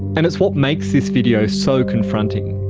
and it's what makes the video so confronting.